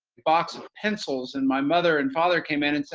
box of pencils and my mother and father came in and said,